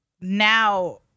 now